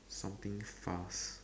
something fast